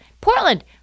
Portland